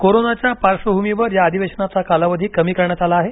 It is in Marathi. कोरोनाच्या पार्श्वभूमीवर या अधिवेशनाचा कालावधी कमी करण्यात आला आहे